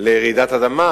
ברעידת אדמה,